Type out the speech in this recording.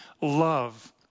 love